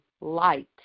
light